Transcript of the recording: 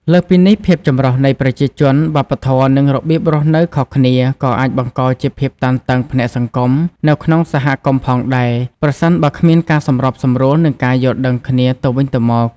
លើសពីនេះ ភាពចម្រុះនៃប្រជាជន វប្បធម៌ និងរបៀបរស់នៅខុសគ្នា ក៏អាចបង្កជា ភាពតានតឹងផ្នែកសង្គម នៅក្នុងសហគមន៍ផងដែរ ប្រសិនបើគ្មានការសម្របសម្រួល និងការយល់ដឹងគ្នាទៅវិញទៅមក។